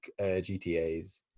gtas